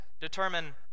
determine